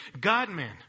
God-man